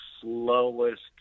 slowest